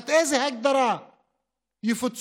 תחת איזו הגדרה יפוצו